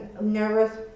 nervous